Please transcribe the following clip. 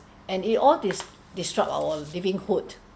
and it all dis~ disrupt our livelihood